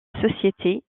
société